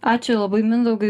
ačiū labai mindaugui